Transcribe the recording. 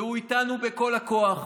והוא איתנו בכל הכוח.